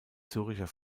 zürcher